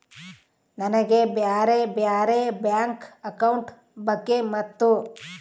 ನನಗೆ ಬ್ಯಾರೆ ಬ್ಯಾರೆ ಬ್ಯಾಂಕ್ ಅಕೌಂಟ್ ಬಗ್ಗೆ ಮತ್ತು?